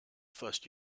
first